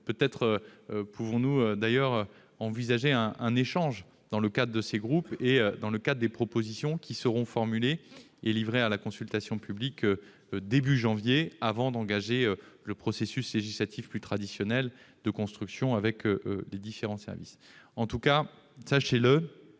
peut-être pouvons-nous envisager un échange dans le cadre de ces groupes et des propositions qui seront formulées et livrées à la consultation publique début janvier, avant d'engager le processus législatif plus traditionnel de construction avec les différents services. Sachez-le,